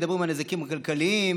מדברים על הנזקים הכלכליים,